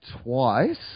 twice